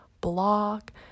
block